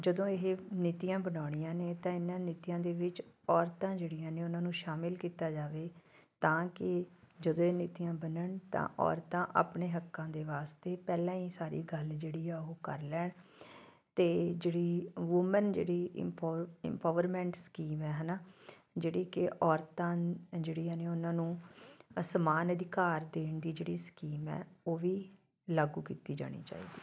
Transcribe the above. ਜਦੋਂ ਇਹ ਨੀਤੀਆਂ ਬਣਾਉਣੀਆਂ ਨੇ ਤਾਂ ਇਹਨਾਂ ਨੀਤੀਆਂ ਦੇ ਵਿੱਚ ਔਰਤਾਂ ਜਿਹੜੀਆਂ ਨੇ ਉਹਨਾਂ ਨੂੰ ਸ਼ਾਮਿਲ ਕੀਤਾ ਜਾਵੇ ਤਾਂ ਕਿ ਜਦੋਂ ਇਹ ਨੀਤੀਆਂ ਬਨਣ ਤਾਂ ਔਰਤਾਂ ਆਪਣੇ ਹੱਕਾਂ ਦੇ ਵਾਸਤੇ ਪਹਿਲਾਂ ਹੀ ਸਾਰੀ ਗੱਲ ਜਿਹੜੀ ਆ ਉਹ ਕਰ ਲੈਣ ਅਤੇ ਜਿਹੜੀ ਵੁਮਨ ਜਿਹੜੀ ਇਮ ਇਮਪਾਵਰਮੈਂਟ ਸਕੀਮ ਆ ਹੈ ਨਾ ਜਿਹੜੀ ਕਿ ਔਰਤਾਂ ਜਿਹੜੀਆਂ ਨੇ ਉਹਨਾਂ ਨੂੰ ਅਸਮਾਨ ਅਧਿਕਾਰ ਦੇਣ ਦੀ ਜਿਹੜੀ ਸਕੀਮ ਹੈ ਉਹ ਵੀ ਲਾਗੂ ਕੀਤੀ ਜਾਣੀ ਚਾਹੀਦੀ